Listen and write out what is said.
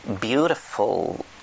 beautiful